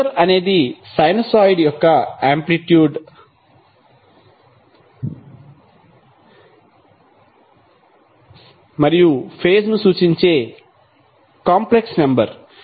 phasor అనేది sinusoid యొక్క amplitude మరియు ఫేజ్ ను సూచించే కాంప్లెక్స్ నెంబర్